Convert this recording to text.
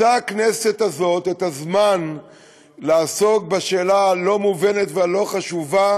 מצאה הכנסת הזאת את הזמן לעסוק בשאלה הלא-מובנת והלא-חשובה